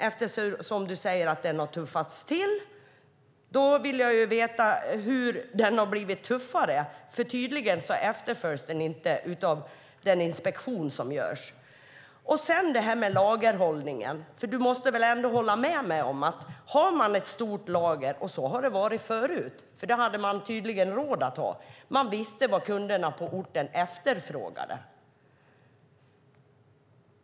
Eftersom du säger att den har tuffats till vill jag veta hur den har blivit tuffare, för tydligen efterföljs den inte enligt den inspektion som görs. När det sedan gäller lagerhållningen måste du väl ändå hålla med mig om att förut hade man ett stort lager, för det hade man tydligen råd att ha och man visste vad kunderna på orten efterfrågade.